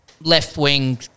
left-wing